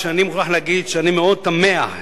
(תיקון,